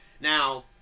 Now